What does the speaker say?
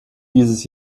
dieses